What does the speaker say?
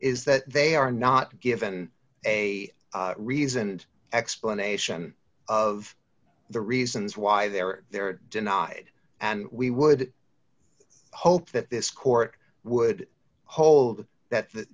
is that they are not given a reasoned explanation of the reasons why they're there denied and we would hope that this court would hold d that